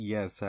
Yes